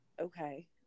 Okay